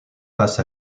face